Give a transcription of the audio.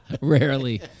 Rarely